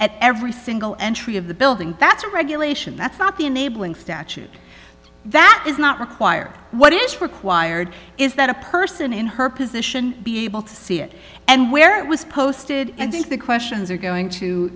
at every single entry of the building that's a regulation that's not the enabling statute that is not required what is required is that a person in her position be able to see it and where it was posted and think the questions are going